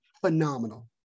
phenomenal